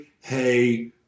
hey